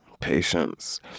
Patience